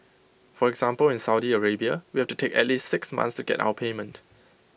for example in Saudi Arabia we have to take at least six months to get our payment